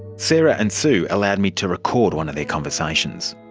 sarah and sue allowed me to record one of their conversations.